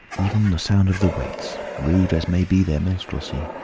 even the sound of the waits, rude as may be their minstrelsy,